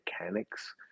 mechanics